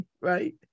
Right